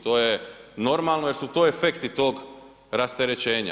To je normalno jer su to efekti tog rasterećenja.